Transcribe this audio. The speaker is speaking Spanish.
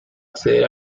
acceder